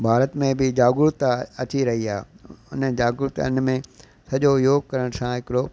भारत में बि जागरुकता अची रही आहे इन जागरुकता इन में सॼो योग करण सां हिकिड़ो